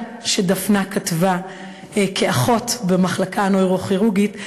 שדפנה כתבה כאחות במחלקה הנוירוכירורגית,